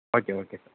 okay okay sir